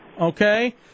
Okay